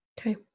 Okay